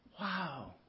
Wow